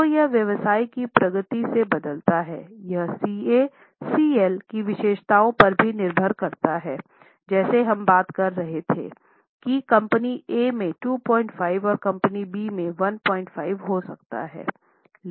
तो यह व्यवसाय की प्रकृति से बदलता है यह सीए सीएल की विशेषताओं पर भी निर्भर करता है जैसे हम बात कर रहे थे कि कंपनी ए में 25 और कंपनी बी में 15 हो सकता है